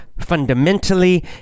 fundamentally